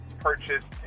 purchased